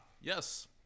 Yes